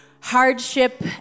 hardship